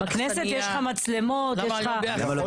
בכנסת יש לך מצלמות, יש לך מיקרופונים.